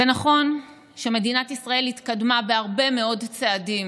זה נכון שמדינת ישראל התקדמה בהרבה מאוד צעדים